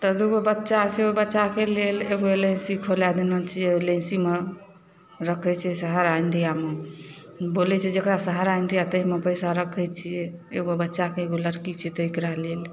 तऽ दुइ गो बच्चा छै ओ बच्चाके लेल एगो एल आइ सी खोला देने छिए एल आइ सी मे रखै छै सहारा इण्डियामे बोलै छै जकरा सहारा इण्डिया ताहिमे पइसा रखै छिए एगो बच्चाके एगो लड़की छै तकरा लेल